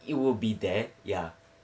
it will be there ya